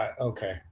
okay